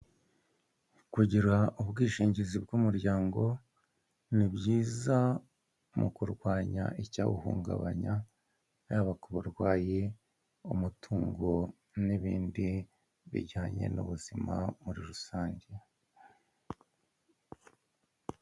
Kugira ubwishingizi bw'umuryango ni byiza mu kurwanya icyawuhungabanya, yaba ku burwayi, umutungo n'ibindi bijyanye n'ubuzima muri rusange.